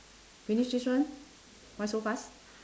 finish this one why so fast